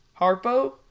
Harpo